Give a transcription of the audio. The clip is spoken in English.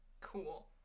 Cool